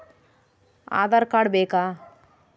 Aadhaar card ಬೇಕಾ?